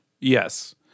Yes